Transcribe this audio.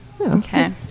Okay